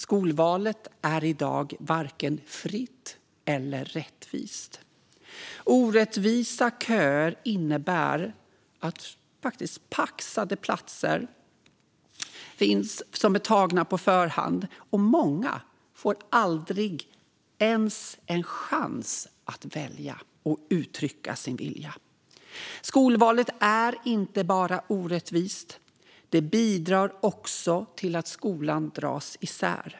Skolvalet är i dag varken fritt eller rättvist. Orättvisa köer innebär faktiskt att paxade platser finns som är tagna på förhand. Och många får aldrig ens en chans att välja och uttrycka sin vilja. Skolvalet är inte bara orättvist. Det bidrar också till att skolan dras isär.